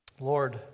Lord